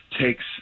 takes